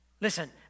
Listen